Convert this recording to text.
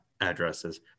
addresses